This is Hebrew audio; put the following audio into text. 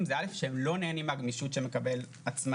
הוא שהם אינם נהנים מהגמישות שמקבל עצמאי.